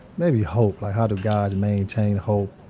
maybe hope. like, how do guys maintain hope?